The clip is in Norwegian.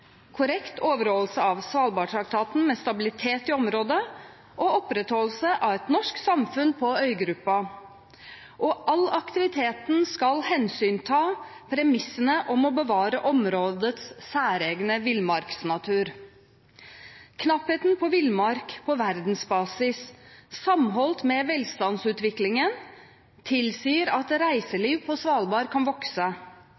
korrekt overholdelse av Svalbardtraktaten med stabilitet i området og opprettholdelse av et norsk samfunn på øygruppa. All aktivitet skal ta hensyn til premissene om å bevare områdets særegne villmarksnatur. Knappheten på villmark på verdensbasis sammenholdt med velstandsutviklingen tilsier at